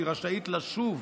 והיא רשאית לשוב